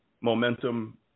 momentum